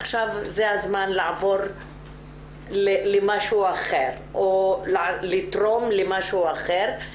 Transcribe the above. עכשיו זה הזמן לעבור למשהו אחר' או לתרום למשהו אחר,